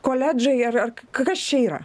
koledžai ar ar kas čia yra